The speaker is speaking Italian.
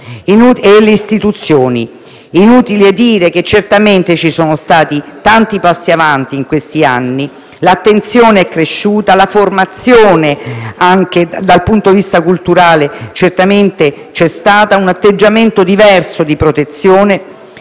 e le istituzioni. Inutile dire che certamente ci sono stati tanti passi avanti in questi anni. L'attenzione è cresciuta, così come la formazione, anche dal punto vista culturale; certamente c'è stato un atteggiamento diverso di protezione